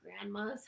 grandma's